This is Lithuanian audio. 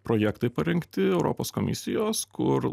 projektai parengti europos komisijos kur